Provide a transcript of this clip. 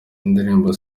indirimbo